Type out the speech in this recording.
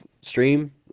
stream